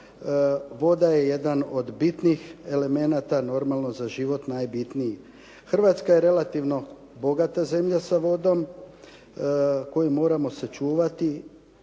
voda je jedan od bitnih elemenata, normalno za život najbitniji. Hrvatska je relativno bogata zemlja sa vodom koju moramo sačuvati,